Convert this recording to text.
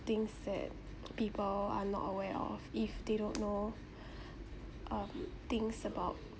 things that people are not aware of if they don't know um things about